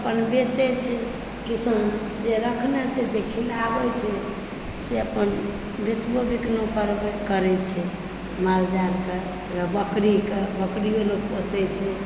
तऽ अपन बेचै छै किसान जे रखने छै जे खिलाबै छै से अपन बेचबो बिकनो करै छै माल जालके बकरी कऽ बकरियो लोक पोसै छै